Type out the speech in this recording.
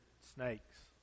snakes